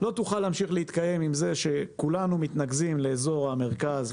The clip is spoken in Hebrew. לא תוכל להמשיך להתקיים עם זה שכולנו מתרכזים באזור המרכז,